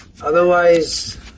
otherwise